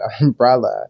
umbrella